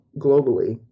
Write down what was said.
globally